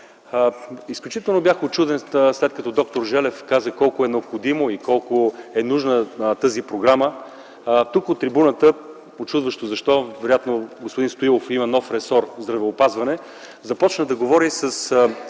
Изключително бях учуден, след като д-р Желев каза колко е необходима и нужна тази програма. Тук, от трибуната, учудващо защо, вероятно господин Стоилов има нов ресор - „Здравеопазване”, започна да говори с